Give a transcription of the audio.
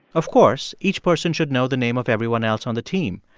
of course, each person should know the name of everyone else on the team.